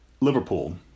Liverpool